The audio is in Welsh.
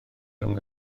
rhwng